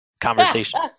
conversation